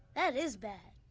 that is bad.